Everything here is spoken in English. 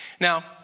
Now